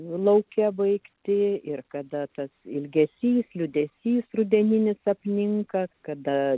lauke baigti ir kada tas ilgesys liūdesys rudeninis apninka kada